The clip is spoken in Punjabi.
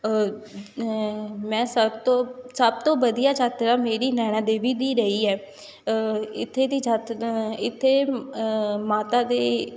ਮੈਂ ਸਭ ਤੋਂ ਸਭ ਤੋਂ ਵਧੀਆ ਯਾਤਰਾ ਮੇਰੀ ਨੈਣਾਂ ਦੇਵੀ ਦੀ ਰਹੀ ਹੈ ਇੱਥੇ ਦੀ ਯਾਤ ਇੱਥੇ ਮਾਤਾ ਦੇ